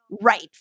right